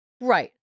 right